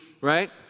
right